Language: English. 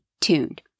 tuned